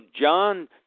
John